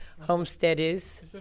Homesteaders